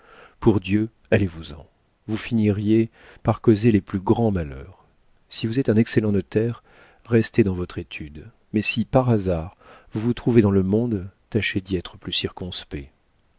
pour dieu allez-vous-en vous finiriez par causer les plus grands malheurs si vous êtes un excellent notaire restez dans votre étude mais si par hasard vous vous trouvez dans le monde tâchez d'y être plus circonspect